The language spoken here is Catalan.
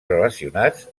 relacionats